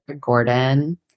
Gordon